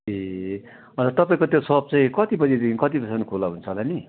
ए अन्त तपाईँको त्यो सप चाहिँ कति बजीदेखि कति बजीसम्म खुल्ला हुन्छ होला नि